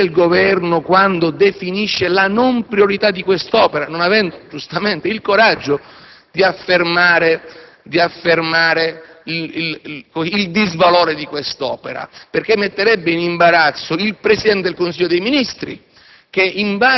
ha un bel dire il Governo quando definisce la non priorità di quest'opera, non avendo giustamente il coraggio di affermarne il disvalore, perché metterebbe in imbarazzo il Presidente del Consiglio dei ministri,